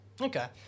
Okay